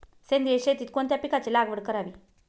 सेंद्रिय शेतीत कोणत्या पिकाची लागवड करावी?